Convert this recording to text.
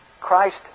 Christ